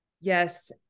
Yes